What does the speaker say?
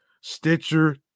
Stitcher